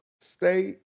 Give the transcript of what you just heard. state